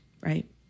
Right